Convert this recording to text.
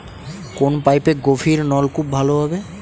কোন পাইপে গভিরনলকুপ ভালো হবে?